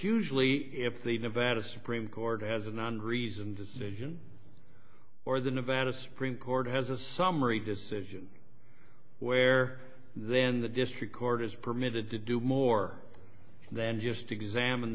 usually if the nevada supreme court has an unreasoned decision or the nevada supreme court has a summary decision where then the district court is permitted to do more than just examine